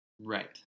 Right